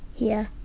yeah.